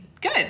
good